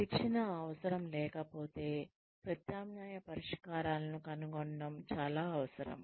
శిక్షణ అవసరం లేకపోతే ప్రత్యామ్నాయ పరిష్కారాలను కనుగొనడం అవసరం